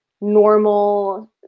normal